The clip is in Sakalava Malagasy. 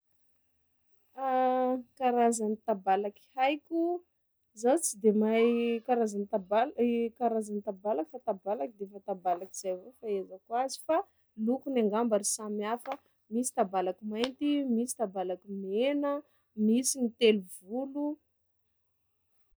Karazagny tabalaky haiko, zaho tsy de mahay karazagny tabal- karazagny tabalaky, tabalaky defa tabalaky zay avao fahaizako azy fa lokony angamba ro samihafa: misy tabalaky mainty, misy tabalaky mena, misy gny telo volo.